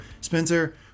Spencer